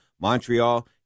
Montreal